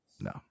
no